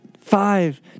five